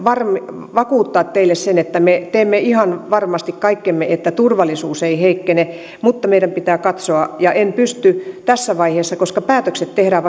vakuuttaa teille sen että me teemme ihan varmasti kaikkemme että turvallisuus ei heikkene mutta meidän pitää tätä katsoa ja en pysty tässä vaiheessa siitä sanomaan koska päätökset tehdään